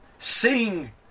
Sing